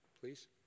please